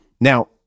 Now